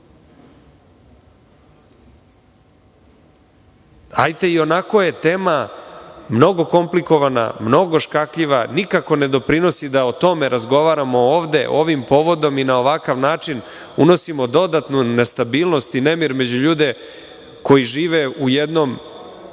ionako je tema mnogo komplikovana, mnogo škakljiva i nikako ne doprinosi da o tome razgovaramo ovde ovim povodom i na ovakav način unosimo dodatnu nestabilnost i nemir među ljude koji žive u jednom